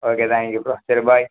okay thank you bro சரி by